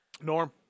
Norm